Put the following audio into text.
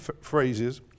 phrases